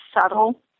subtle